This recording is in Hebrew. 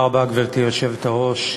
גברתי היושבת-ראש,